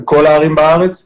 בכל הערים בארץ,